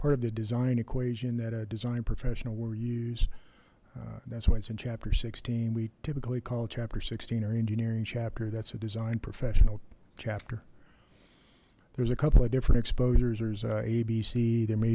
part of the design equation that a design professional will use that's why it's in chapter sixteen we typically call chapter sixteen or engineering chapter that's a design professional chapter there's a couple of different exposures there's abc there may